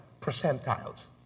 percentiles